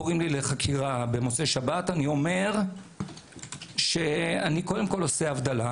קוראים לי לחקירה במוצאי שבת ואני אומר שאני קודם כול עושה הבדלה